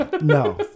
No